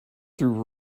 through